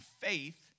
faith